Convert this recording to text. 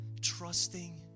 trusting